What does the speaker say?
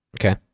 okay